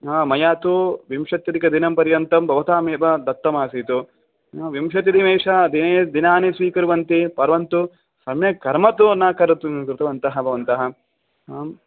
मया तु विंशत्यधिकदिनं पर्यन्तं भवतां एव दत्तमासीत् विंशतिदिने श दिने दिनानि स्वीकुर्वन्ति परन्तु सम्यक् कर्म तु न कर्तुं कृतवन्तः भवन्तः आम्